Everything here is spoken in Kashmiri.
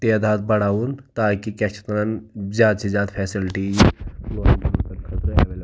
تعداد بَڑھاوُن تاکہِ کیاہ چھِ اَتھ وَنان زیادٕ سے زیادٕ فیسَلٹی یی